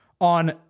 on